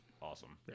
awesome